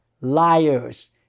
Liars